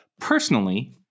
personally